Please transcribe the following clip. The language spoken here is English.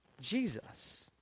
Jesus